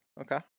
Okay